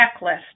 checklist